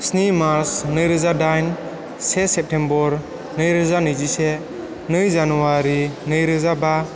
स्नि मार्च नै रोजा दाइन से सेप्टेमबर नै रोजा नैजिसे नै जानुवारि नै रोजा बा